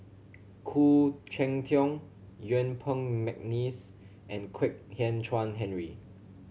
Khoo Cheng Tiong Yuen Peng McNeice and Kwek Hian Chuan Henry